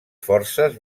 forces